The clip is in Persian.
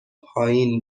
پایین